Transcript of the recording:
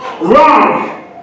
Wrong